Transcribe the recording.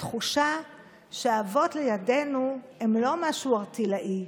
התחושה שהאבות לידינו הם לא משהו ערטילאי.